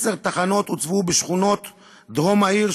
עשר תחנות הוצבו בשכונות דרום העיר,